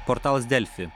portalas delfi